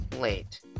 late